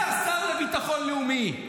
זה השר לביטחון לאומי.